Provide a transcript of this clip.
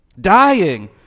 Dying